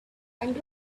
and